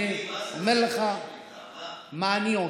אני אומר לך מה אני עושה.